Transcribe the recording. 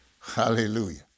Hallelujah